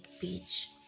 beach